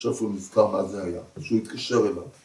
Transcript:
עכשיו הוא כבר נזכר מה זה היה. כשהוא התקשר אליו.